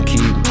Keep